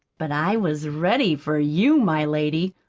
but i was ready for you, my lady.